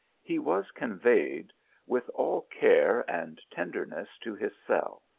he was conveyed with all care and tenderness to his cell,